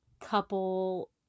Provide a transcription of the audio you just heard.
couple